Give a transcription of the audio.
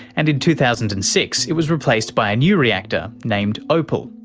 and in two thousand and six it was replaced by a new reactor named opal,